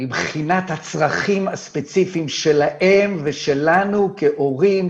מבחינת הצרכים הספציפיים שלהם ושלנו כהורים,